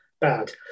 bad